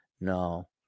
No